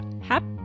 happy